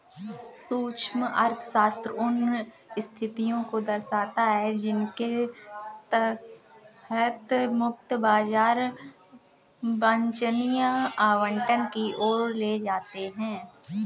सूक्ष्म अर्थशास्त्र उन स्थितियों को दर्शाता है जिनके तहत मुक्त बाजार वांछनीय आवंटन की ओर ले जाते हैं